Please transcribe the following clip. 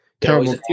Terrible